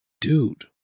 dude